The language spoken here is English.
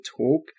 talk